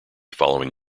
following